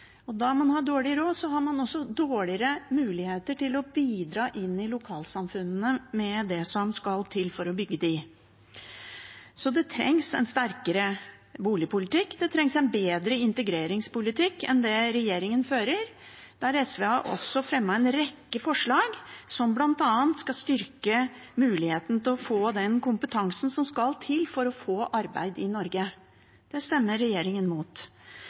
man har dårlig råd, har man også dårligere muligheter til å bidra inn i lokalsamfunnene med det som skal til for å bygge dem. Så det trengs en sterkere boligpolitikk, og det trengs en bedre integreringspolitikk enn den regjeringen fører. SV har også fremmet en rekke forslag som bl.a. skal styrke muligheten til å få den kompetansen som skal til for å få arbeid i Norge. Det stemmer regjeringen mot.